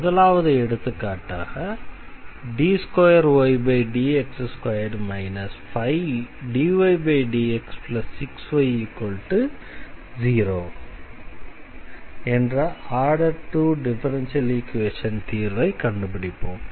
முதலாவது எடுத்துக்காட்டாக d2ydx2 5dydx6y0 என்ற ஆர்டர் 2 டிஃபரன்ஷியல் ஈக்வேஷனின் தீர்வை கண்டுபிடிப்போம்